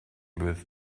with